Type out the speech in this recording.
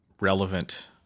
relevant